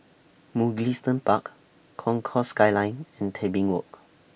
Mugliston Park Concourse Skyline and Tebing Walk